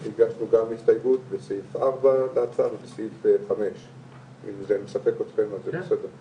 הגשנו גם הסתייגות וסעיף 4 להצעה וסעיף 5. אם זה מספק אתכם אז זה בסדר.